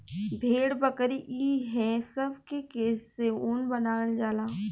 भेड़, बकरी ई हे सब के केश से ऊन बनावल जाला